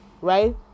right